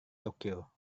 tokyo